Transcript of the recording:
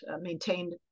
maintained